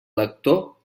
lector